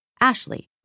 Ashley